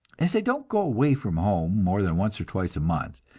as i don't go away from home more than once or twice a month,